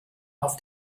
auf